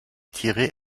tiré